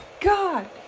god